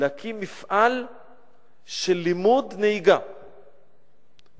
להקים מפעל של לימוד נהיגה בהתנדבות.